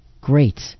great